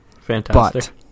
Fantastic